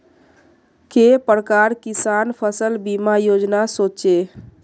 के प्रकार किसान फसल बीमा योजना सोचें?